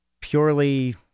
purely